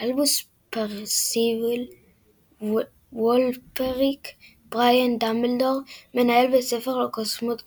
אלבוס פרסיוול וולפריק בריאן דמבלדור – מנהל בית הספר לקוסמות הוגוורטס,